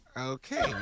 Okay